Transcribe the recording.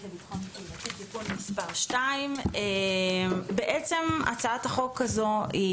לביטחון קהילתי (תיקון מס' 2). בעצם הצעת החוק הזאת היא